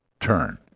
Turn